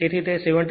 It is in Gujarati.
તેથી 77